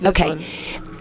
Okay